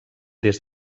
des